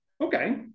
Okay